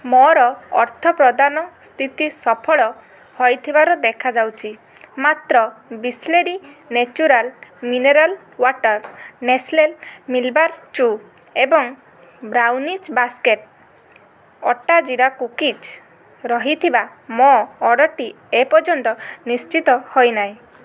ମୋର ଅର୍ଥପ୍ରଦାନ ସ୍ଥିତି ସଫଳ ହୋଇଥିବାର ଦେଖାଯାଉଛି ମାତ୍ର Bisleri natural mineral water Nestle Milkybar choo ଏବଂ brownies basket atta jeera cookies ରହିଥିବା ମୋ ଅର୍ଡ଼ର୍ଟି ଏପର୍ଯ୍ୟନ୍ତ ନିଶ୍ଚିତ ହୋଇନାହିଁ